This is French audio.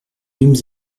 eûmes